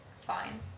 Fine